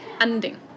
ending